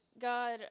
God